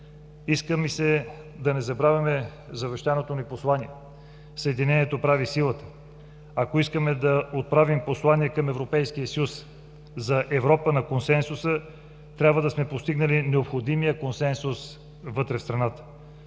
иска ми се да не забравяме завещаното ни послание „Съединението прави силата“. Ако искаме да отправим послание към Европейския съюз за Европа на консенсуса, трябва да сме постигнали необходимия консенсус вътре в страната.